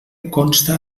consta